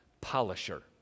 polisher